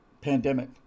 pandemic